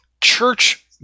church